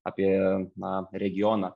apie na regioną